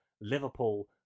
Liverpool